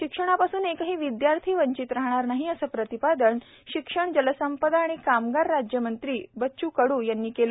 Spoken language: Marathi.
शिक्षणापासून एकही विद्यार्थी वंचित राहणार नाही असे प्रतिपादन शिक्षण जलसंपदा आणि कामगार राज्यमंत्री बच्चभाऊ कडू यांनी येथे केले